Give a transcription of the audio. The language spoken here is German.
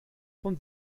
vom